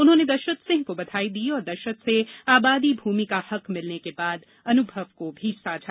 उन्होंने दशरथ सिंह को बधाई दी और दशरथ से आबादी भूमि का हक मिलने के बाद अनुभव को पूछा